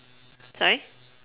sorry